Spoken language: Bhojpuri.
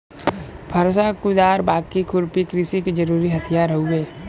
फरसा, कुदार, बाकी, खुरपी कृषि के जरुरी हथियार हउवे